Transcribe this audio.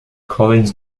collins